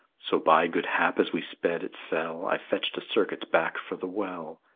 so by good hap as we sped it fell, i fetched a circuit back for the well.